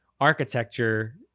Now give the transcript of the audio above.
architecture